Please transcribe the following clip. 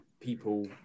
people